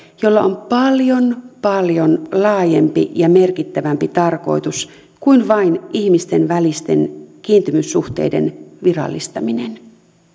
jolla on paljon paljon laajempi ja merkittävämpi tarkoitus kuin vain ihmisten välisten kiintymyssuhteiden virallistaminen